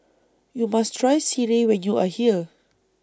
YOU must Try Sireh when YOU Are here